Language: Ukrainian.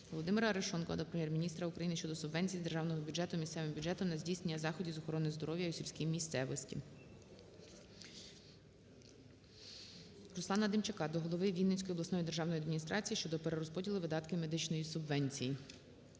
ВолодимираАрешонкова до Прем'єр-міністра України щодо субвенції з державного бюджету місцевим бюджетам на здійснення заходів з охорони здоров'я у сільській місцевості. РусланаДемчака до голови Вінницької обласної державної адміністрації щодо перерозподілу видатків медичної субвенції.